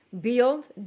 build